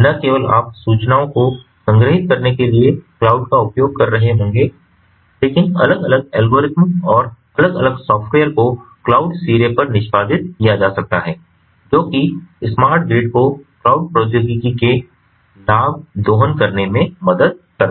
न केवल आप सूचनाओं को संग्रहीत करने के लिए क्लाउड का उपयोग कर रहे होंगे लेकिन अलग अलग एल्गोरिदम और अलग अलग सॉफ़्टवेयर को क्लाउड सिरे पर निष्पादित किया जा सकता है जोकि स्मार्ट ग्रिड को क्लाउड प्रौद्योगिकी के लाभ दोहन करने में मदद करता है